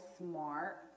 smart